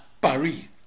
Paris